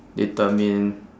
determine